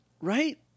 right